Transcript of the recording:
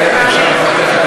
אפשר לפתח את